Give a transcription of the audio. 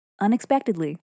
unexpectedly